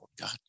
God